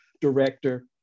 director